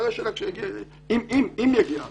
אם יגיע הדבר,